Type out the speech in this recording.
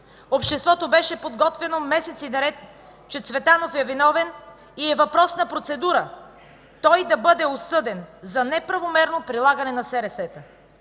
Обществото беше подготвяно месеци наред, че Цветанов е виновен и е въпрос на процедура той да бъде осъден за неправомерно прилагане на СРС-та.